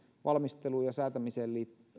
valmisteluun ja säätämiseen